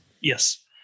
Yes